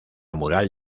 mural